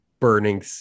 burning